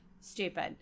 stupid